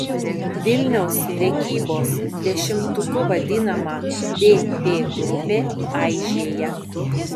vilniaus prekybos dešimtuku vadinama vp grupė aižėja